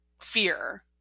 fear